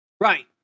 Right